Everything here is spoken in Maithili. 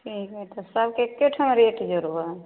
ठीक हइ तऽ सबके एकेठाम रेट जोड़बै